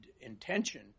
intention